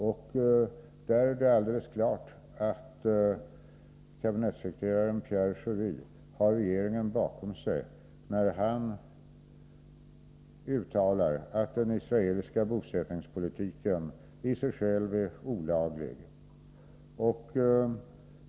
Det är alldeles klart att kabinettssekreteraren Pierre Schori har regeringen bakom sig, när han uttalar att den israeliska bosättningspolitiken i sig själv är olaglig.